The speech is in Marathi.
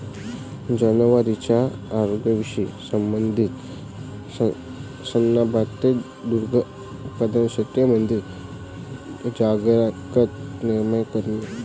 जनावरांच्या आरोग्याशी संबंधित समस्यांबाबत दुग्ध उत्पादक शेतकऱ्यांमध्ये जागरुकता निर्माण करणे